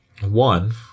One